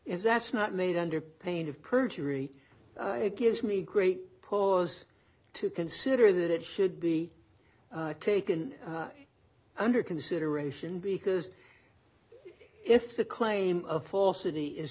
if that's not made under pain of perjury it gives me great pause to consider that it should be taken under consideration because if the claim of falsity is